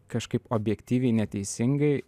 kažkaip objektyviai neteisingai